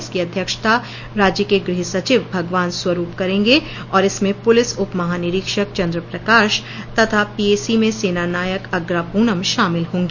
इसकी अध्यक्षता राज्य के गृह सचिव भगवान स्वरूप करेंगे और इसमें पुलिस उप महानिरीक्षक चन्द्र प्रकाश तथा पीएसी में सेनानायक अग्रा पूनम शामिल हागी